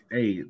Hey